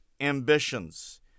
ambitions